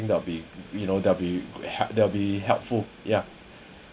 that will be you know that will be helpful ya